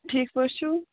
ٹھیٖک پٲٹھۍ چھُو